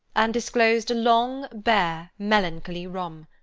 and disclosed a long, bare, melancholy room,